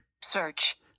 Search